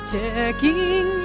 Checking